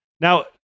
Now